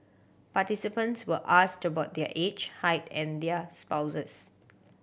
participants were asked about their age height and their spouses